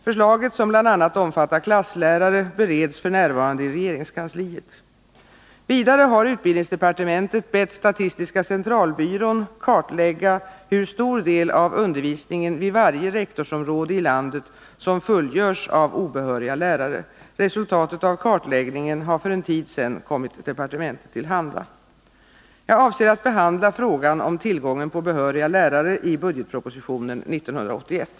Förslaget, som bl.a. omfattar klasslärare, bereds f. n. i regeringskansliet. Vidare har utbildningsdepartementet bett statistiska centralbyrån kartlägga hur stor del av undervisningen vid varje rektorsområde i landet som fullgörs av obehöriga lärare. Resultatet av kartläggningen har för en tid sedan kommit departementet till handa. Jag avser att behandla frågan om tillgången på behöriga lärare i budgetpropositionen 1981.